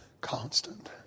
constant